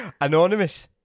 Anonymous